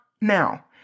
now